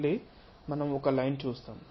మళ్ళీ మనం ఒక లైన్ చూస్తాము